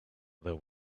there